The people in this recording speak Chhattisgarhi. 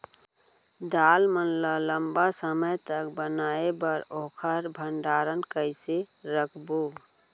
दाल मन ल लम्बा समय तक बनाये बर ओखर भण्डारण कइसे रखबो?